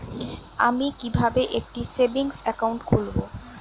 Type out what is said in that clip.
আমি কিভাবে একটি সেভিংস অ্যাকাউন্ট খুলব?